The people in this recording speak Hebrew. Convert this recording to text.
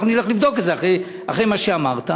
אנחנו נלך לבדוק את זה אחרי מה שאמרת.